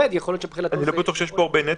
אני לא בטוח שיש פה הרבה נטל,